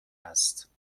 است